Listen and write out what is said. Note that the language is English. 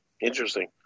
Interesting